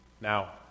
now